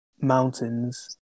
mountains